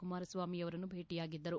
ಕುಮಾರಸ್ವಾಮಿಯವರನ್ನು ಭೇಟಿಯಾಗಿದ್ದರು